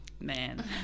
man